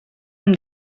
amb